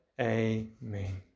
Amen